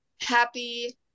happy